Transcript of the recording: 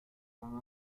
dan